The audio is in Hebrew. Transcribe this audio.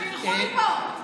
שילכו מפה.